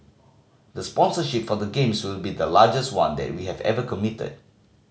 the sponsorship for the Games will be the largest one that we have ever committed